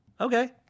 Okay